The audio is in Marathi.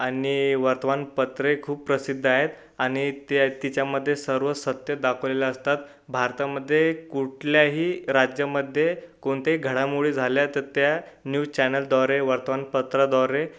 आणि वर्तमानपत्रे खूप प्रसिद्ध आहेत आणि त्या तिच्यामध्ये सर्व सत्य दाखवलेलं असतात भारतामध्ये कुठल्याही राज्यमध्ये कोणतेही घडामोडी झाल्या तर त्या न्यूज चॅनेलद्वारे वर्तमानपत्राद्वारे